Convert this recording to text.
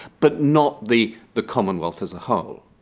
but not the the commonwealth as a whole.